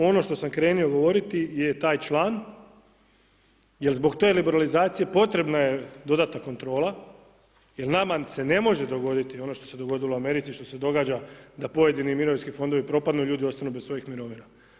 Ono što sam krenuo govoriti je taj član, jer zbog te liberalizacije, potrebna je dodatna kontrola, jer nama se ne može dogoditi ono što se je dogodilo u Americi, što se događa, da pojedini mirovinski fondovi propadnu, ljudi ostanu bez svojih mirovina.